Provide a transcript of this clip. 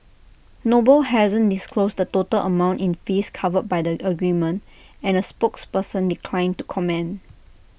noble hasn't disclosed the total amount in fees covered by the agreement and A spokesperson declined to comment